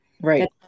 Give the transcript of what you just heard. Right